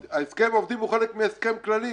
ההסכם עם העובדים הוא חלק מהסכם כללי